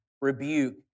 rebuke